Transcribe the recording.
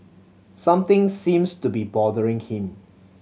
something seems to be bothering him